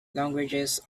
languages